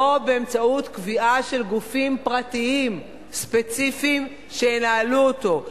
לא באמצעות קביעה של גופים פרטיים ספציפיים שינהלו אותו.